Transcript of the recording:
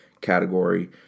category